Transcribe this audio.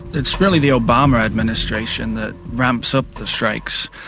it's really the obama administration that ramps up the strikes.